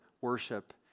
worship